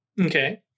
Okay